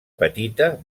petita